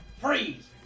freeze